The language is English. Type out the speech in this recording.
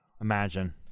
imagine